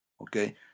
Okay